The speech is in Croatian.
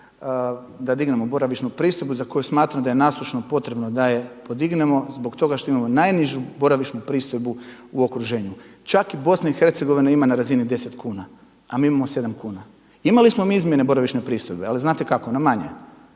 da dignemo boravišnu pristojbu za koju smatram da je nasušno potrebno da je podignemo zbog toga što imamo najnižu boravišnu pristojbu u okruženju. Čak Bosna i Hercegovina ima na razini 10 kuna, a mi imamo 7 kuna. Imali smo mi izmjene boravišne pristojbe, ali znate kako? Na manje.